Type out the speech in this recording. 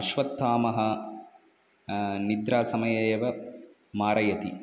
अश्वत्थामा निद्रासमये एव मारयति